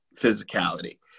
physicality